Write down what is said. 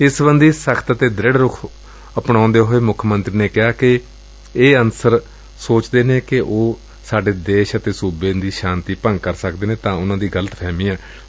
ਇਸ ਸਬੰਧ ੱਵਿੱਚ ਸਖ਼ਤ ਅਤੇ ਦ੍ਰਿੜ ਰੁਖ ਅਪਣਾਉਂਦੇ ਹੋਏ ਮੁੱਖ ਮੰਤਰੀ ਨੇ ਕਿਹਾ ਕਿ ਜੇ ਇਹ ਅਨਸਰ ਸੋਚਦੇ ਹਨ ਕਿ ਉਹ ਸਾਡੇ ਦੇਸ਼ ਅਤੇ ਸੂਬੇ ਦੀ ਸ਼ਾਂਤੀ ਭੰਗ ਕਰ ਸਕਦੇ ਨੇ ਤਾਂ ਉਹ ਬਹੁਤ ਗਲਤਫਹਿਮੀ ਵਿੱਚ ਨੇ